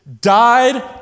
died